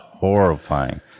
horrifying